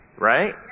Right